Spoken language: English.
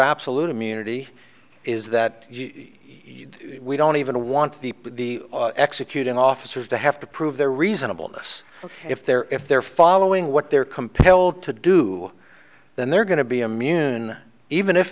absolute immunity is that we don't even want the executing officers to have to prove they're reasonable in this if they're if they're following what they're compelled to do then they're going to be i'm in even if